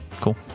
cool